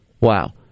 Wow